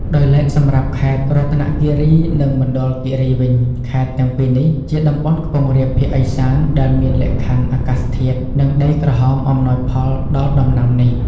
ដោយឡែកសម្រាប់ខេត្តរតនគិរី និងមណ្ឌលគិរីវិញ ខេត្តទាំងពីរនេះជាតំបន់ខ្ពង់រាបភាគឦសាន ដែលមានលក្ខខណ្ឌអាកាសធាតុ និងដីក្រហមអំណោយផលដល់ដំណាំនេះ។